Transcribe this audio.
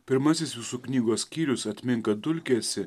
pirmasis jūsų knygos skyrius atmink kad dulkė esi